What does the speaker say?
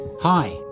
Hi